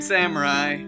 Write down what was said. Samurai